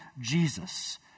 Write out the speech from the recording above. Jesus